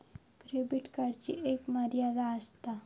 credit कार्डची एक मर्यादा आसता